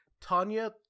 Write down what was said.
Tanya